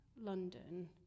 London